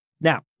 Now